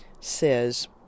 says